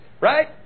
Right